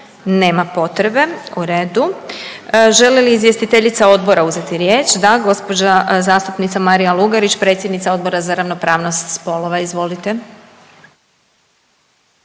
Nema potrebe. U redu. Želi li izvjestiteljica odbora uzeti riječ? Da. Gospođa zastupnica Marija Lugarić, predsjednica Odbora za ravnopravnost spolova. Izvolite.